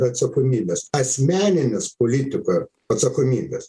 atsakomybės asmeninės politiko atsakomybės